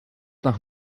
nach